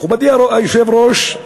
מכובדי היושב-ראש,